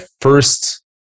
first